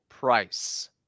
price